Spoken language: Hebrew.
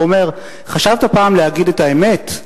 ואומר: חשבת פעם להגיד את האמת?